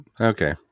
Okay